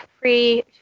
free